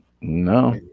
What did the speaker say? No